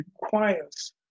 requires